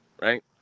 right